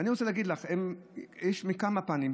ואני רוצה להגיד לך: יש כמה פנים.